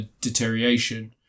deterioration